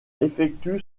effectue